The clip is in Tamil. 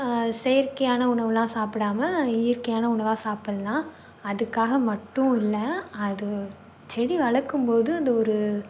செயற்கையான உணவெலாம் சாப்பிடாமல் இயற்கையான உணவாக சாப்பிடலாம் அதுக்காக மட்டும் இல்லை அது செடி வளர்க்கும்போது அந்த ஒரு